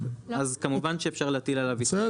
אז כמובן שאפשר להטיל עליו עיצומים